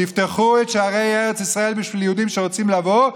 תפתחו את שערי ארץ ישראל ליהודים שרוצים לבוא,